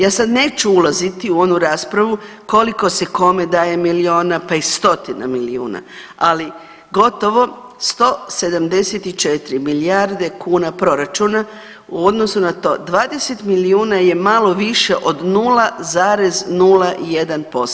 Ja sad neću ulaziti u onu raspravu koliko se kome daje miliona, pa i stotina milijuna, ali gotovo 174 milijarde kuna proračuna u odnosu na to 20 milijuna je malo više od 0,01%